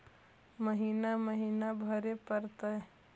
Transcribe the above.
महिना महिना भरे परतैय?